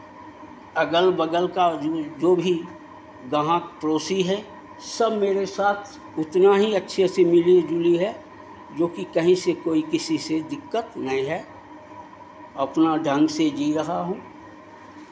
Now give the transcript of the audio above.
अगल बगल का जो भी जहाँ पड़ोसी है सब मेरे साथ उतना ही अच्छे से मिलीजुली है जोकि कहीं से कोई किसी से दिक्कत नहीं है अपना ढंग से जी रहा हूँ